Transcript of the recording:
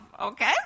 okay